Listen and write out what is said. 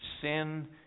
sin